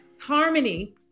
harmony